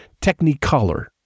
Technicolor